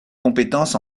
compétences